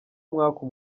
umwaku